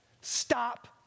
stop